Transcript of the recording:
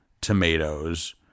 tomatoes